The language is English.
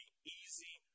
easy